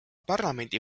parlamendi